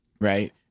right